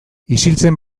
isiltzen